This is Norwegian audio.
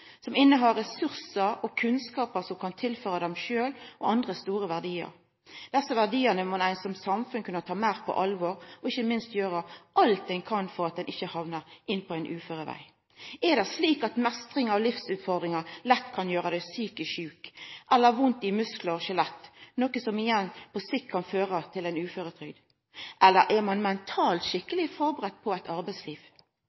som innehar ressursar og kunnskapar som kan tilføre dei sjølve og andre store verdiar. Desse verdiane må ein som samfunn kunna ta meir på alvor, og ikkje minst gjera alt ein kan for at ein ikkje hamnar inn på ein uføreveg. Er det slik at meistring av livsutfordringar lett kan gjera deg psykisk sjuk eller gi deg vondt i musklar og skjelett, noko som igjen på sikt kan føra til uføretrygd, eller er ein mentalt